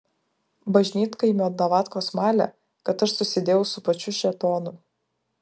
bažnytkaimio davatkos malė kad aš susidėjau su pačiu šėtonu